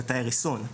זה תאי ריסון.